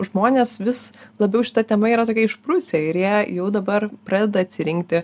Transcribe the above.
žmonės vis labiau šita tema yra tokie išprusę ir jie jau dabar pradeda atsirinkti